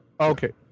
okay